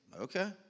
Okay